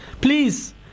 Please